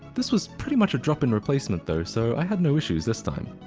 this was pretty much a drop-in replacement though so i had no issues this time.